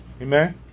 Amen